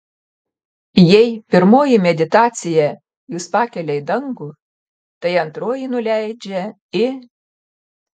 jei pirmoji meditacija jus pakelia į dangų tai antroji nuleidžia į